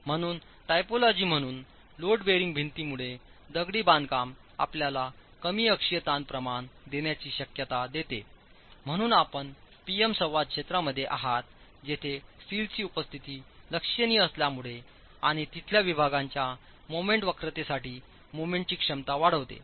म्हणून टायपोलॉजी म्हणून load bearing भिंतींमुळे दगडी बांधकाम आपल्याला कमी अक्षीय ताण प्रमाण देण्याची शक्यता देते म्हणून आपण P M संवाद क्षेत्रामध्ये आहात जिथेस्टीलची उपस्थिती लक्षणीय असल्यामुळे आणि तिथल्या विभागांच्या मोमेंट वक्रतेसाठी मोमेंटची क्षमता वाढते